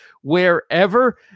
wherever